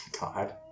God